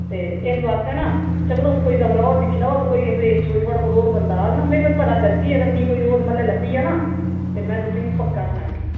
ते इस बास्तै ना चलो तुस कोई कमरा होर दिक्खी लैओ अगर कोई इस रेंज च थुआढ़े कोल कोई होर बंदा आग़ न मै कोई पता करगी अगर मी कोई होर म्हल्ले लब्भी गेआ ना ते मै तुसेंगी पक्का सनाह्गी